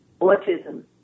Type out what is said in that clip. Autism